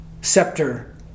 scepter